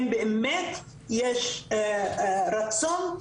אם באמת יש רצון,